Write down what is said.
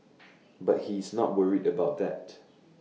but he's not worried about that